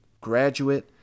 graduate